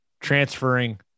transferring